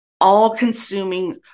all-consuming